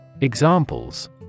Examples